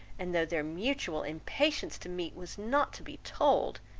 and though their mutual impatience to meet, was not to be told,